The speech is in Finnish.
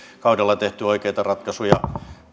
kaudella tehty oikeita ratkaisuja